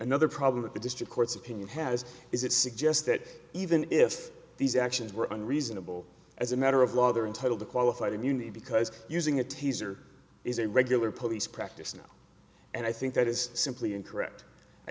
another problem that the district court's opinion has is it suggests that even if these actions were unreasonable as a matter of law they're entitled to qualified immunity because using a taser is a regular police practice now and i think that is simply incorrect i